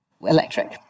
Electric